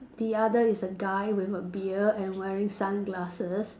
the other is a guy with a beard and wearing sunglasses